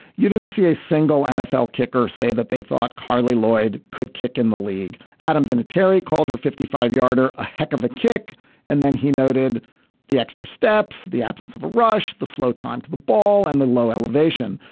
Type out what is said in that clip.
you didn't see a single nfl kicker say that they thought carli lloyd could kick in the league adam unitary called her fifty five yarder a heck of a kick and then he noted the extra steps. the absence of rush the slow time to the ball and the low elevation.